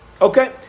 Okay